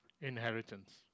inheritance